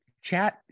chat